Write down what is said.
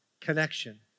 connection